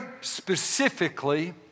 specifically